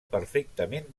perfectament